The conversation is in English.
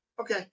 Okay